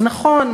אז נכון,